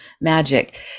magic